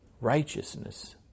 righteousness